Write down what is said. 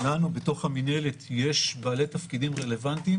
לנו בתוך המינהלת יש בעלי תפקידים רלוונטיים